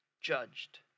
judged